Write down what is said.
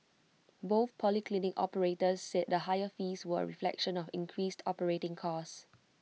both polyclinic operators said the higher fees were A reflection of increased operating costs